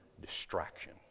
distraction